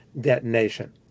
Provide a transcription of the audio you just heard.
detonation